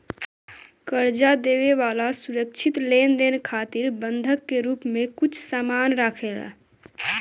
कर्जा देवे वाला सुरक्षित लेनदेन खातिर बंधक के रूप में कुछ सामान राखेला